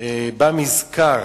בא מזכר